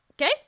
Okay